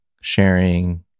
sharing